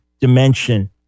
dimension